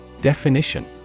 Definition